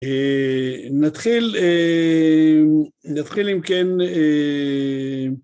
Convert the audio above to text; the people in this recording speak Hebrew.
נתחיל נתחיל אם כן